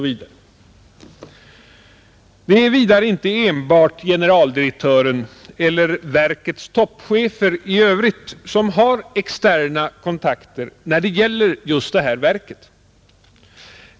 Vidare är det inte enbart generaldirektören eller verkets toppchefer i övrigt som har externa kontakter när det gäller just det här verket.